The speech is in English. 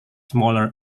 smaller